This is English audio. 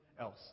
else